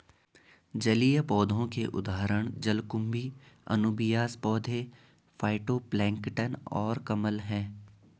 जलीय पौधों के उदाहरण जलकुंभी, अनुबियास पौधे, फाइटोप्लैंक्टन और कमल हैं